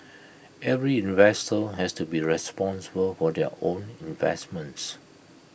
every investor has to be responsible for their own investments